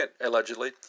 allegedly